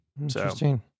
Interesting